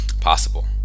possible